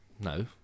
No